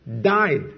died